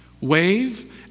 Wave